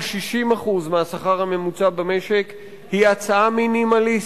60% מהשכר הממוצע במשק היא הצעה מינימליסטית.